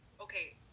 okay